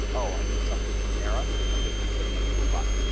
oh, i need something from nara? i'm just going to go to my toolbox.